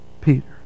Peter